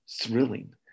thrilling